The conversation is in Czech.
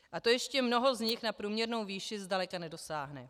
A to ještě mnoho z nich na průměrnou výši zdaleka nedosáhne.